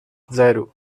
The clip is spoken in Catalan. zero